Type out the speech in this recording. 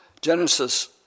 Genesis